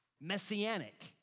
messianic